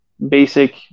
basic